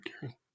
Karen